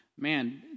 Man